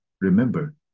remember